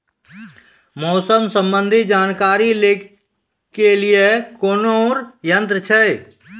मौसम संबंधी जानकारी ले के लिए कोनोर यन्त्र छ?